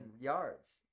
yards